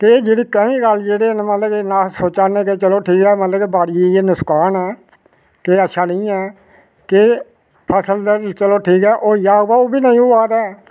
कि जेह्ड़ी कैमिकल जेह्डे़ ना इन्ना अस सोचै ने कि चलो ठीक ऐ मतलब कि बाड़िये गी नुक्सान ऐ कि अच्छा नेईं ऐ कि फसल ते चलो ठीक ऐ होई जाह्ग पर ओह्बी नेईं होऐ